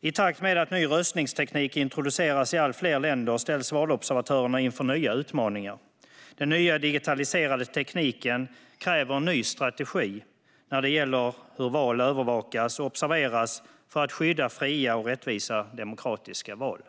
I takt med att ny röstningsteknik introduceras i allt fler länder ställs valobservatörerna inför nya utmaningar. Den nya digitaliserade tekniken kräver en ny strategi när det gäller hur val övervakas och observeras för att skydda fria och rättvisa demokratiska val.